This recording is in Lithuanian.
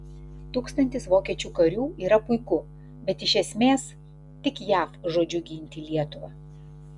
tūkstantis vokiečių karių yra puiku bet iš esmės tik jav žodžiu ginti lietuvą